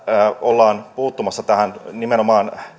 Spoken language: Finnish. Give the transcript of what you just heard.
ollaan puuttumassa nimenomaan tähän